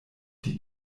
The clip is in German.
die